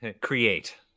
Create